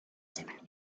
seven